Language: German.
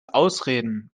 ausreden